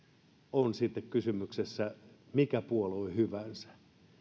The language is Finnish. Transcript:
on sitten kysymyksessä mikä puolue hyvänsä